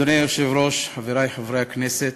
אדוני היושב-ראש, חברי חברי הכנסת,